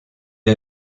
est